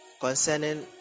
concerning